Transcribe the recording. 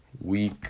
week